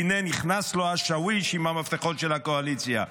הינה נכנס לו השאוויש עם המפתחות של הקואליציה.